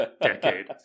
decade